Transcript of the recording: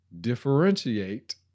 Differentiate